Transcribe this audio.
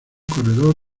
corredor